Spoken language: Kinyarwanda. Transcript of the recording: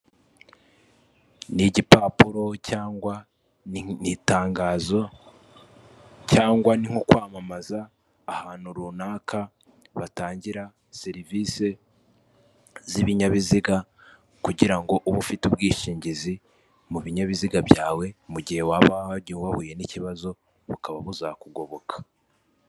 Ni igipapuro cyangwa ni itangazo cyangwa ni nko kwamamaza ahantu runaka batangira serivisi z'ibinyabiziga kugirango uba ufite ubwishingizi mu binyabiziga byawe mu gihe waba wagiye wahuye n'ikibazo bukaba buzakugoboka.